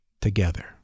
together